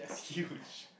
huge